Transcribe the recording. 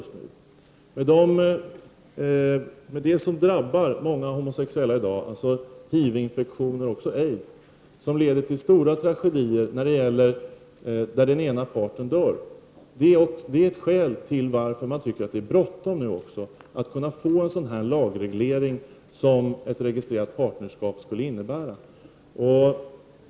I dag drabbas många homosexuella av HIV-infektioner och aids, vilket kan leda till stora tragedier om den ena parten dör. Det är ett skäl till att man tycker att det är bråttom med att få den lagreglering som ett registrerat partnerskap skulle innebära.